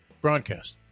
broadcast